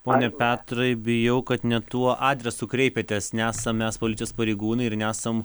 pone petrai bijau kad ne tuo adresu kreipiatės nesam mes policijos pareigūnai ir nesam